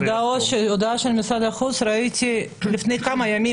היום לפני ההודעה של משרד החוץ שראיתי לפני כמה ימים,